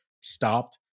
Stopped